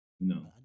No